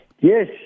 Yes